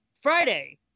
Friday